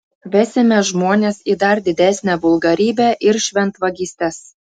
vesime žmones į dar didesnę vulgarybę ir šventvagystes